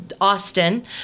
Austin